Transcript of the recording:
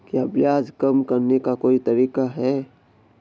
क्या ब्याज कम करने का कोई तरीका है?